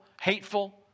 hateful